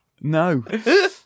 No